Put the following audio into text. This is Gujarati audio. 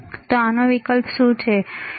તો આનો વિકલ્પ શું છે